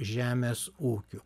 žemės ūkiu